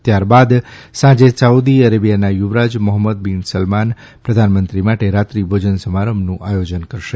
ત્યાર બાદ સાંજે સાઉદી અરેબિયાના યુવરાજ મોહમ્મદ બિન સલમાન પ્રધાનમંત્રી માટે રાત્રી ભોજન સમારંભનું આયોજન કરશે